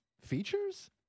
Features